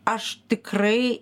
aš tikrai